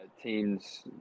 teams